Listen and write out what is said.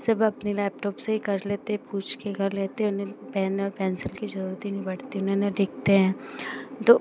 सब अपने लैपटॉप से ही कर लेते पूछकर कर लेते हैं उन्हें पेन और पेन्सिल की ज़रूरत ही नहीं पड़ती उन्हें ना लिखते हैं दो